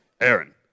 Aaron